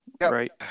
Right